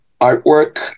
artwork